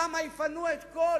משם יפנו את כל